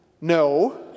no